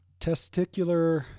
Testicular-